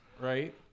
right